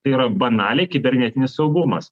tai yra banaliai kibernetinis saugumas